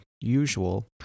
usual